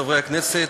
חברי הכנסת,